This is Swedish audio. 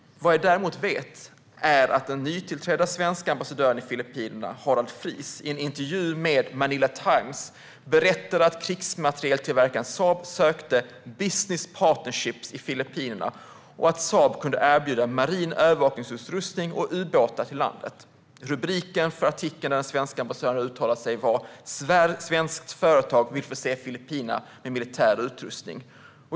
Vad jag däremot vet är att den nytillträdde svenska ambassadören i Filippinerna Harald Fries i en intervju med Manila Times berättade att krigsmaterieltillverkaren Saab sökte business partnerships i Filippinerna och att Saab kunde erbjuda marin övervakningsutrustning och ubåtar till landet. Rubriken för artikeln där den svenska ambassadören uttalade sig var: Svenskt företag vill förse Filippinerna med militär utrustning.